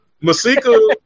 Masika